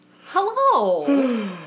Hello